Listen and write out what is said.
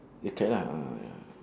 the kite lah ah ya